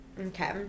okay